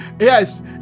Yes